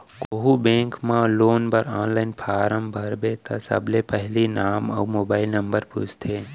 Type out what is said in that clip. कोहूँ बेंक म लोन बर आनलाइन फारम भरबे त सबले पहिली नांव अउ मोबाइल नंबर पूछथे